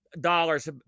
dollars